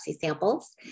samples